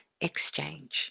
exchange